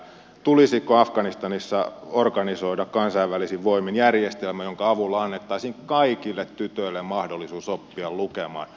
tulisiko afganistanissa organisoida kansainvälisin voimin järjestelmä jonka avulla annettaisiin kaikille tytöille mahdollisuus oppia lukemaan